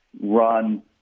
run